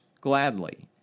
gladly